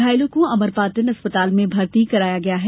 घायलों को अमरपाटन अस्पताल में भर्ती कराया गया है